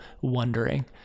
wondering